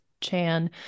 Chan